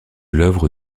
l’œuvre